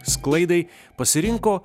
sklaidai pasirinko